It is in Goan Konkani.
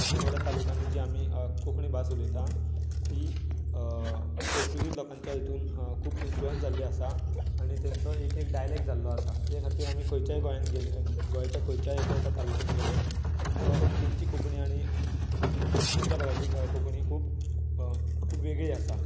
बाकीच्या सगल्या तालुकांनी जी आमी कोंकणी भास उलयता ती पोर्चुगीज लोकांच्या हातून खूब इनफ्लुअन्स जाल्ली आसा आनी तांचो एक एक डायलेक्ट जाल्लो आसा ते खातीर आमी खंयच्याय गोंयान गेले गोंयच्या खंयच्याय एका एका तालुक्यान गेले तांचो तांची कोंकणी आनी दुसऱ्या भागांतली कोंकणी खूब खूब वेगळी आसा